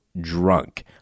drunk